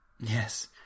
Yes